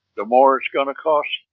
the more it's going to cost.